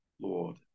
Lord